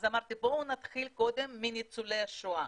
אז אמרתי בואו נתחיל קודם מניצולי השואה,